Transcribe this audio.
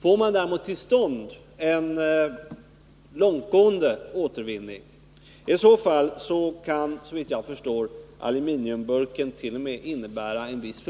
Får man däremot en långtgående återvinning, kan ett införande av aluminiumburken såvitt jag förstår t.o.m. innebära en viss